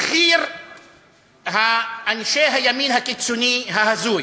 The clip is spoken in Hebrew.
בכיר אנשי הימין הקיצוני ההזוי,